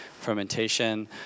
fermentation